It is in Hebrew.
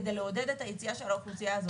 כדי לעודד את היציאה של האוכלוסייה הזאת,